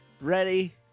Ready